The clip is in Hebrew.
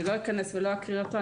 אני לא אכנס ולא אקריא אותו,